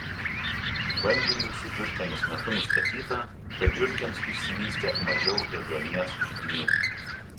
bandymų su žiurkėmis metu nustatyta kad žiurkėms išsivystė mažiau ėduonies židinių